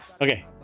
Okay